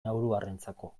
nauruarrentzako